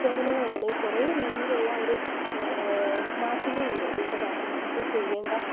സേവനങ്ങൾ ഉണ്ടല്ലൊ ഈ കുറെ രീതിയിലുള്ള ഒരു മാറ്റങ്ങളുണ്ട് എന്നുവച്ചാൽ ഡോക്ടർമാർക്ക് ചെയ്യണ്ട